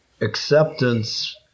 acceptance